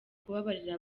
kubabarira